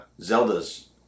Zelda's